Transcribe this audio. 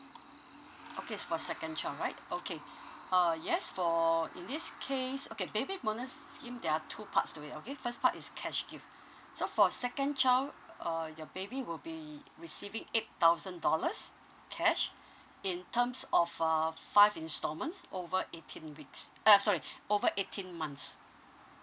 okay is for second child right okay uh yes for in this case okay baby bonus scheme there are two parts to it okay first part is cash gift so for second child uh your baby will be receiving eight thousand dollars cash in terms of uh five installments over eighteen weeks uh sorry over eighteen months